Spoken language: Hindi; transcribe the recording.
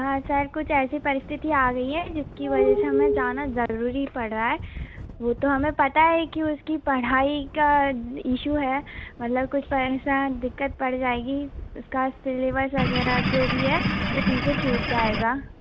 हाँ सर कुछ ऐसी परिस्थिति आ गई है जिसकी वजह से हमें जाना ज़रूरी पड़ रहा है वो तो हमें पता है कि उसकी पढ़ाई का इशू है मतलब कुछ तो ऐसी दिक्कत पड़ जाएगी उसका सिलेबस वग़ैरह जो भी है वो पीछे छूट जाएगा